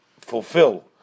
fulfill